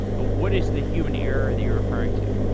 what is the human error that you're referring to?